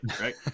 right